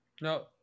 No